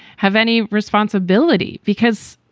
have any responsibility? because,